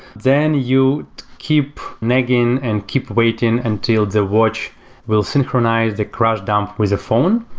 then you keep nagging and keep waiting until the watch will synchronize the crash dump with the phone.